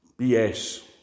BS